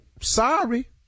Sorry